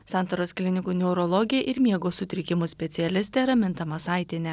santaros klinikų neurologė ir miego sutrikimų specialistė raminta masaitienė